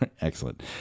excellent